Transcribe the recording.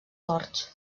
horts